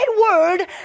word